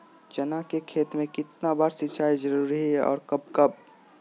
चना के खेत में कितना बार सिंचाई जरुरी है और कब कब?